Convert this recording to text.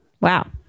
Wow